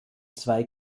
zwei